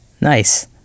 Nice